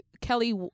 Kelly